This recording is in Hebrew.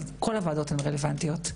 אבל כל הוועדות רלוונטיות,